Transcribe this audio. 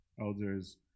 elders